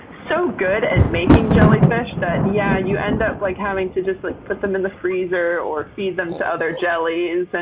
so good at making jellyfish that yeah, you end up like having to just like put them in the freezer or feed them to other jellies. but